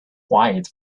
quiet